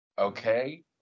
Okay